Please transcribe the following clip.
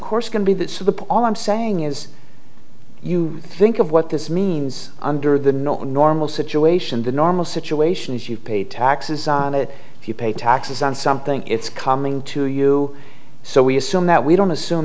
course going to be that so the all i'm saying is you think of what this means under the not normal situation the normal situation is you pay taxes on it if you pay taxes on something it's coming to you so we assume that we don't assume